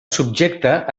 subjecte